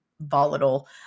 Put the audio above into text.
volatile